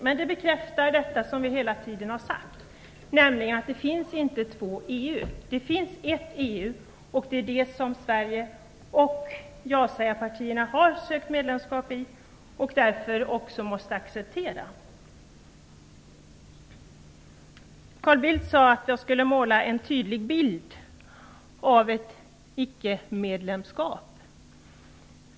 Men den bekräftar det som vi hela tiden har sagt, nämligen att det inte finns två EU. Det finns ett EU, och det är det som Sverige och ja-sägarpartierna har sökt medlemskap i och därför också måste acceptera. Carl Bildt sade att vi skulle måla en tydlig bild av ett icke-medlemskap.